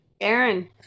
Aaron